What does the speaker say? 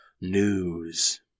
news